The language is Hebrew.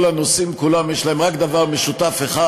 כל הנושאים כולם, יש להם רק דבר משותף אחד: